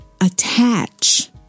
attach